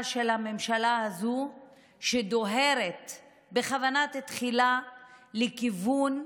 של הממשלה הזו שדוהרת בכוונה תחילה לכיוון,